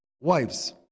wives